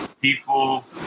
People